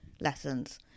lessons